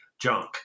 junk